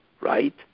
right